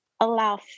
allow